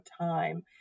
time